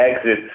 exit